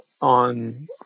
on